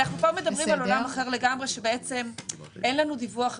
פה מדברים על עולם אחר לגמרי, שאין לנו דיווח.